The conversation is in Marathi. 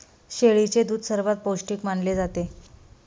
शेळीचे दूध सर्वात पौष्टिक मानले जाते